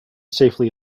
safely